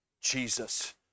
Jesus